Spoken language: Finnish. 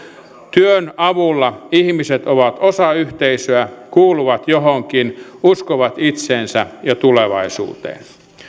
työn avulla ihmiset ovat osa yhteisöä kuuluvat johonkin uskovat itseensä ja tulevaisuuteen